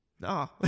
no